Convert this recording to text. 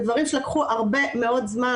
זה דברים שלקחו הרבה מאוד זמן,